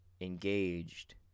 engaged